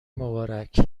مبارک